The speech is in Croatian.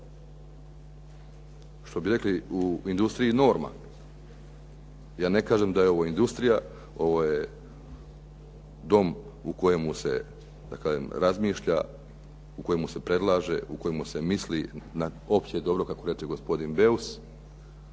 Što bi rekli u industriji, norma. Ja ne kažem da je ovo industrija, ovo je Dom u kojemu se da kažem razmišlja, u kojemu se predlaže, u kojemu se misli na opće dobro, kako reče gospodin Beus,